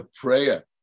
prayer